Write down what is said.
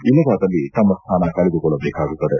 ಇಲ್ಲವಾದಲ್ಲಿ ತಮ್ಮ ಸ್ಥಾನ ಕಳೆದುಕೊಳ್ಳಬೇಕಾಗುತ್ತದೆ